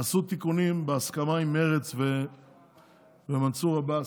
עשו תיקונים בהסכמה עם מרצ ומנסור עבאס,